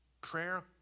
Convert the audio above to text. Prayer